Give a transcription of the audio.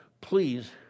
please